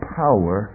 power